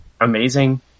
amazing